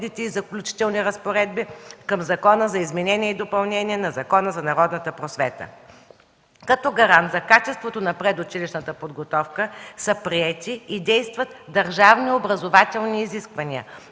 и заключителните разпоредби на Закона за изменение и допълнение на Закона за народната просвета. Като гарант за качеството на предучилищната подготовка са приети и действат държавни образователни изисквания